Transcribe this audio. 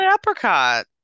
apricot